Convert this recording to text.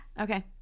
Okay